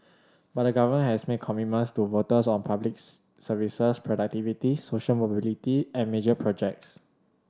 but the government has made commitments to voters on public services productivity social mobility and major projects